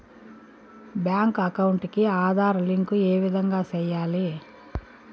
Bank account కి Aadhaar link ఏ విధంగా సెయ్యాలి?